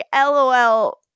lol